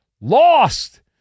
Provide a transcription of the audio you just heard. lost